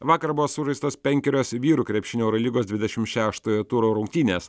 vakar buvo sužaistos penkerios vyrų krepšinio eurolygos dvidešimt šeštojo turo rungtynės